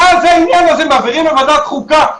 יושבים אנשים בוועדת חוקה,